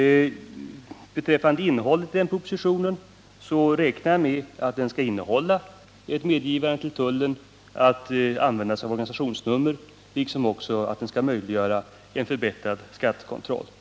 Beträffande innehållet i den proposition vi nu diskuterar räknar jag med att där skall ingå ett medgivande till tullen att använda sig av organisationsnummer liksom att de åtgärder som kommer att föreslås skall möjliggöra en förbättrad skattekontroll.